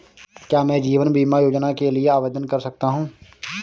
क्या मैं जीवन बीमा योजना के लिए आवेदन कर सकता हूँ?